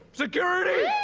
security!